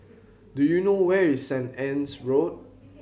do you know where is Saint Anne's Road